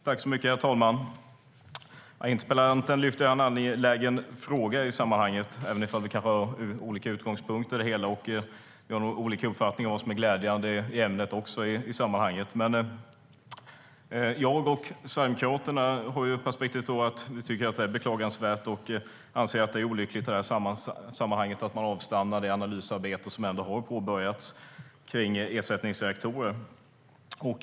Herr talman! Interpellanten lyfter fram en angelägen fråga, även om vi kanske har olika utgångspunkter i det hela. Vi har nog också olika uppfattningar om vad som är glädjande i sammanhanget. Jag och Sverigedemokraterna tycker att det är beklagligt och olyckligt att man avstannar det analysarbete som ändå har påbörjats om ersättningsreaktorer.